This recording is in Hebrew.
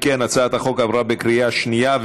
אם כן, הצעת החוק עברה בקריאה שנייה.